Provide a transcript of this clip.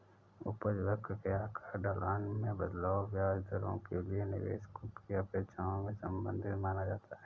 उपज वक्र के आकार, ढलान में बदलाव, ब्याज दरों के लिए निवेशकों की अपेक्षाओं से संबंधित माना जाता है